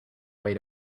way